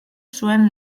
zuen